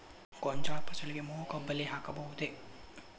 ಗೋಂಜಾಳ ಫಸಲಿಗೆ ಮೋಹಕ ಬಲೆ ಹಾಕಬಹುದೇ?